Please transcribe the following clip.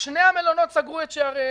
שני המלונות סגרו את שעריהם.